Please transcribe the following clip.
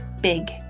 big